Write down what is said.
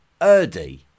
Erdi